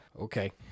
Okay